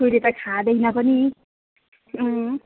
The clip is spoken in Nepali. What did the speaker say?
कोहीले त खाँदैन पनि